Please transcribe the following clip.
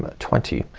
ah twenty.